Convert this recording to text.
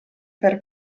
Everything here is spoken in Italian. per